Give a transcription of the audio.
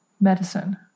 medicine